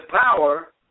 power